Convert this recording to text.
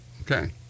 Okay